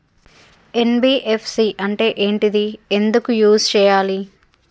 NBFC అంటే ఏంటిది ఎందుకు యూజ్ చేయాలి?